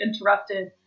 interrupted